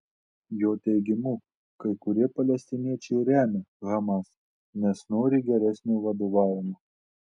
jo teigimu kai kurie palestiniečiai remia hamas nes nori geresnio vadovavimo